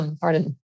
Pardon